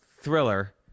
thriller